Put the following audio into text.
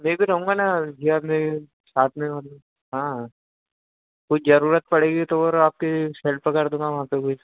यहीं पर रहूँगा ना भैया मैं साथ में हाँ कोई जरूरत पड़ेगी तो और आपकी कुछ हेल्प कर दूंगा वहाँ पर कोई